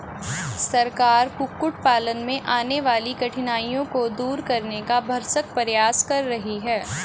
सरकार कुक्कुट पालन में आने वाली कठिनाइयों को दूर करने का भरसक प्रयास कर रही है